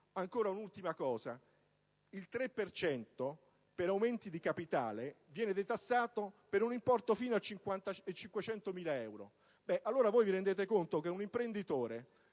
misura del 3 per cento per aumenti di capitale che viene detassato per un importo fino a 500.000 euro. Allora, voi vi rendete conto che un imprenditore